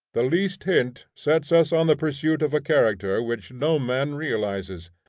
the least hint sets us on the pursuit of a character which no man realizes.